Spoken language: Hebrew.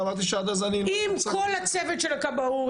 עם כל צוות הכבאות,